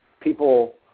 people